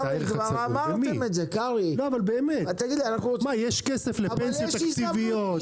יש כסף לפנסיות תקציביות,